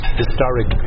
historic